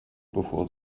bevor